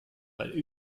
weil